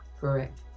correct